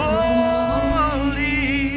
Holy